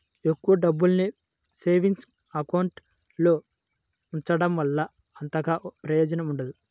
ఎక్కువ డబ్బుల్ని savings account లో ఉంచడం వల్ల అంతగా ప్రయోజనం ఉండదు